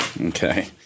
Okay